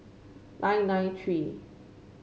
nine nine three